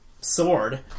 sword